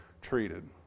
treated